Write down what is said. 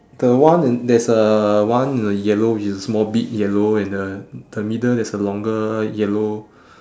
the one in there's uh one the yellow which is small bit yellow and the the middle there's a longer yellow